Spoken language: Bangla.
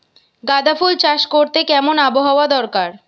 গাঁদাফুল চাষ করতে কেমন আবহাওয়া দরকার?